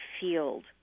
field